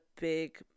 big